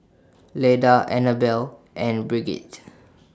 Leda Annabelle and Brigitte